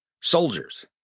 Soldiers